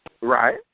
Right